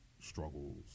struggles